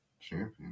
champion